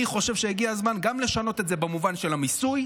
אני חושב שהגיע הזמן גם לשנות את זה במובן של המיסוי,